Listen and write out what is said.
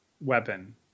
weapon